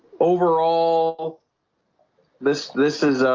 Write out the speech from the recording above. overall this this is ah,